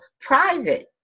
private